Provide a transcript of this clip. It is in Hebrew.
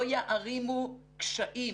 לא יערימו קשיים